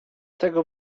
tego